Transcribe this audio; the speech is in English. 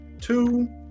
two